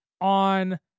on